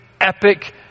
epic